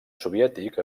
soviètic